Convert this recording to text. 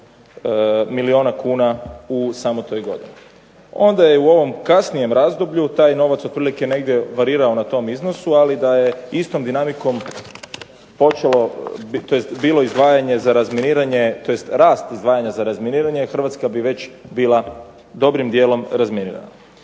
milijuna kuna u samo toj godini, onda je u ovom kasnijem razdoblju taj novac otprilike negdje varirao na tom iznosu, ali da je istom dinamikom počelo, tj. bilo izdvajanje za razminiranje, tj. rast izdvajanja za razminiranje, Hrvatska bi već bila dobrim dijelom razminirana.